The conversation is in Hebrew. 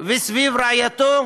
וסביב רעייתו,